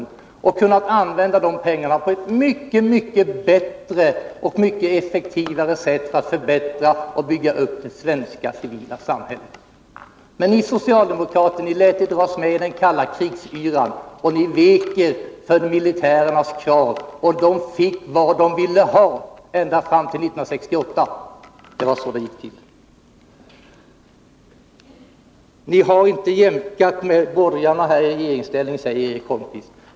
Vi hade kunnat använda pengarna på ett mycket bättre och effektivare sätt för att förbättra och bygga upp det svenska civila samhället. Men ni socialdemokrater lät er dras med i det kalla krigets yra. Ni vek er för militärernas krav. De fick vad de ville ha — ända fram till 1968. Det var så det gick till. Eric Holmqvist säger att socialdemokraterna inte har jämkat ihop sig med borgarna i regeringsställning.